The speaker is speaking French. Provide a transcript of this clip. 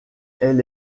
elle